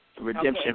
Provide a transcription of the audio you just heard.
Redemption